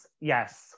yes